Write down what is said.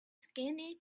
skinny